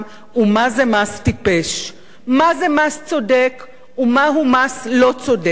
ומה זה "מס טיפש"; מהו "מס צודק",